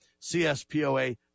CSPOA